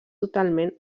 totalment